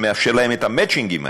שמאפשר להם את המצ'ינגים האלה,